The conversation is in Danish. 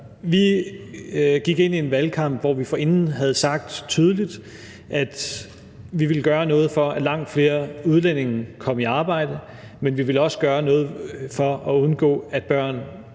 Vi gik ind i en valgkamp, hvor vi forinden havde sagt tydeligt, at vi ville gøre noget, for at langt flere udlændinge kom i arbejde, men vi ville også gøre noget for at undgå, at børn